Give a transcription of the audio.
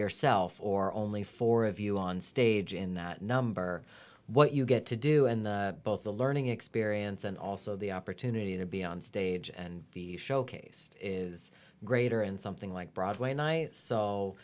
yourself or only four of you on stage in that number what you get to do and both the learning experience and also the opportunity to be on stage and showcase is greater in something like broadway night so